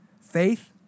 Faith